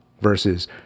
versus